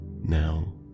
now